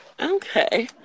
Okay